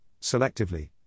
selectively